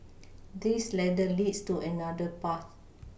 this ladder leads to another path